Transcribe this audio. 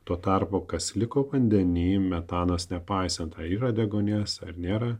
tuo tarpu kas liko vandenyje metanas nepaisant yra deguonies ar nėra